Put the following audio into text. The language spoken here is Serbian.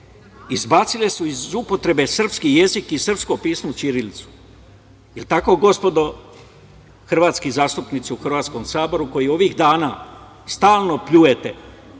izbacile su iz upotrebe srpski jezik i srpsko pismo – ćirilicu. Je li tako, gospodo hrvatski zastupnici u Hrvatskom saboru, koji ovih dana stalno pljujete,